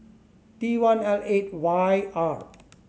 T one L eight Y R